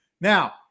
Now